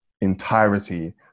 entirety